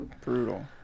Brutal